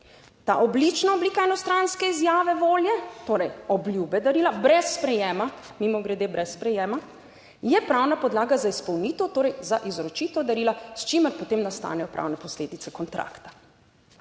Ta oblična oblika enostranske izjave volje, torej obljube darila, brez sprejema, mimogrede brez sprejema, je pravna podlaga za izpolnitev, torej za izročitev darila, s čimer potem nastanejo pravne posledice kontrakta.